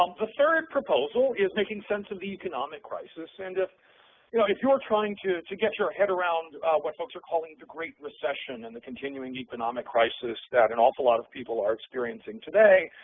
um the third proposal is making sense of the economic crisis, and if yeah if you're trying to to get your head around what folks are calling the great recession and the continuing economic crisis that an awful lot of people are experiencing today,